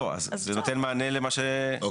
לא, זה נותן מענה למה שביקשת.